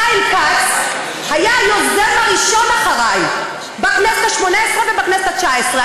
חיים כץ היה היוזם הראשון אחריי בכנסת השמונה-עשרה ובכנסת התשע-עשרה.